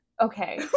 Okay